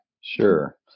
Sure